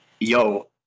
Yo